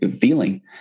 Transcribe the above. feeling